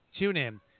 TuneIn